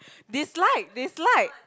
dislike dislike